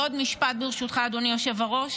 עוד משפט, ברשותך, אדוני היושב-ראש.